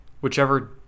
whichever